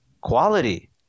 quality